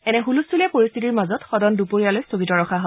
এনে ছলস্থূলীয়া পৰিস্থিতিৰ মাজত সদন দুপৰীয়ালৈ স্থগিত ৰখা হয়